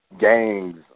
Gangs